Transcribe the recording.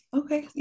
okay